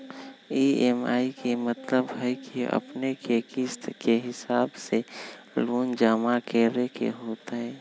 EMI के मतलब है कि अपने के किस्त के हिसाब से लोन जमा करे के होतेई?